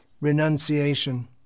renunciation